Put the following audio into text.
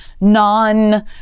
non